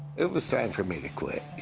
it was time for me to quit,